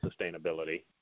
sustainability